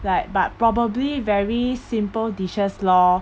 like but probably very simple dishes lor